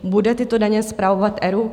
Bude tyto daně spravovat ERÚ?